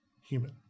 human